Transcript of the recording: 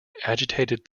agitated